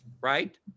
right